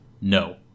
No